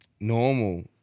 normal